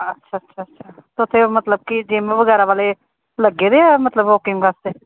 ਅੱਛਾ ਅੱਛਾ ਅੱਛਾ ਅਤੇ ਉੱਥੇ ਮਤਲਬ ਕਿ ਜਿਮ ਵਗੈਰਾ ਵਾਲੇ ਲੱਗੇ ਵੇ ਹੈ ਮਤਲਬ ਵੋਕਿੰਗ ਵਾਸਤੇ